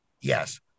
yes